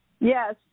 Yes